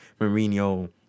Mourinho